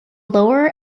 lower